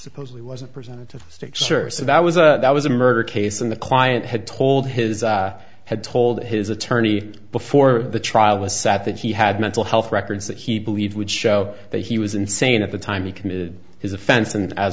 supposedly wasn't presented to the stakes are so that was a that was a murder case and the client had told his had told his attorney before the trial was sat that he had mental health records that he believed would show that he was insane at the time he committed his offense and as